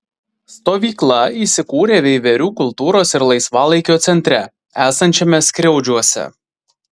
stovykla įsikūrė veiverių kultūros ir laisvalaikio centre esančiame skriaudžiuose